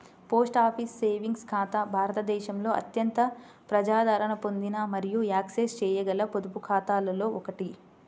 post office savings ఖాతా భారతదేశంలో అత్యంత ప్రజాదరణ పొందిన మరియు యాక్సెస్ చేయగల పొదుపు ఖాతాలలో ఒకటి